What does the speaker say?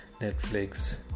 Netflix